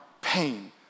pain